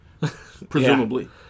presumably